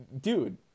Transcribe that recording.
dude